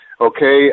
okay